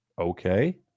okay